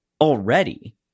already